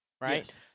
Right